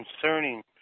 concerning